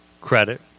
credit